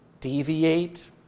deviate